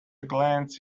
glance